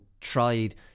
tried